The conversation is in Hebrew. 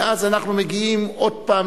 ואז אנחנו מגיעים עוד פעם